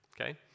okay